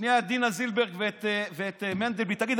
שנייה את דינה זילבר ואת מנדלבליט: תגידו,